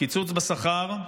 קיצוץ בשכר,